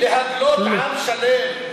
להגלות עם שלם,